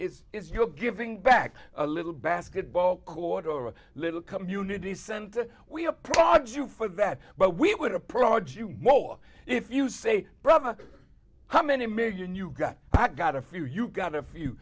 is is you know giving back a little basketball court or a little community center we a product you for that but we would approach you more if you say brother how many million you got i got a few you got a few